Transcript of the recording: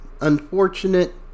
unfortunate